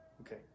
Okay